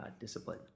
discipline